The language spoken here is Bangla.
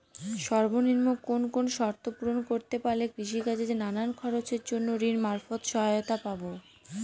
সর্বনিম্ন কোন কোন শর্ত পূরণ করতে পারলে কৃষিকাজের নানান খরচের জন্য ঋণ মারফত সহায়তা পাব?